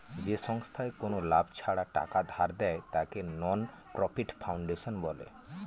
যে সংস্থায় কোনো লাভ ছাড়া টাকা ধার দেয়, তাকে নন প্রফিট ফাউন্ডেশন বলে